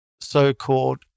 so-called